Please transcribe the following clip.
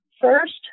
First